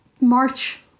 March